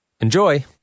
Enjoy